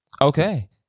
Okay